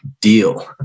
deal